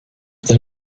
they